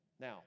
Now